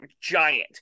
giant